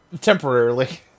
Temporarily